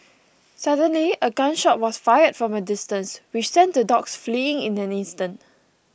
suddenly a gun shot was fired from a distance which sent the dogs fleeing in an instant